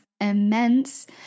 immense